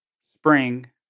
Spring